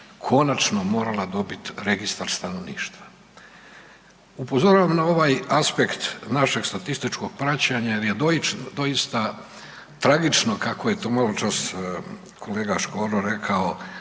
konačno morala dobiti registar stanovništva. Upozoravam na ovaj aspekt našeg statističkog praćenja jer je doista tragično kako je to maločas kolega Škoro rekao